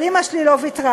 אבל אימא שלי לא ויתרה.